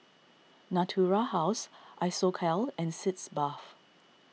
Natura House Isocal and Sitz Bath